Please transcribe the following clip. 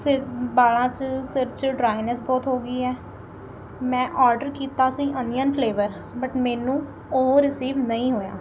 ਸਿਰ ਵਾਲਾਂ 'ਚ ਸਿਰ 'ਚ ਡਰਾਇਨੈਂਸ ਬਹੁਤ ਹੋ ਗਈ ਹੈ ਮੈਂ ਔਡਰ ਕੀਤਾ ਸੀ ਅਨੀਅਨ ਫਲੇਵਰ ਬਟ ਮੈਨੂੰ ਉਹ ਰਿਸੀਵ ਨਹੀਂ ਹੋਇਆ